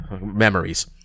memories